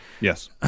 Yes